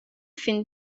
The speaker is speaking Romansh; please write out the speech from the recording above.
fin